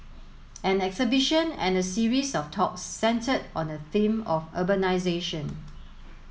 an exhibition and a series of talks centred on the theme of urbanisation